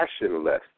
passionless